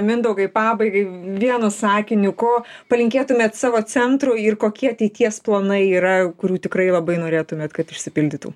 mindaugai pabaigai vienu sakiniu ko palinkėtumėt savo centrui ir kokie ateities planai yra kurių tikrai labai norėtumėt kad išsipildytų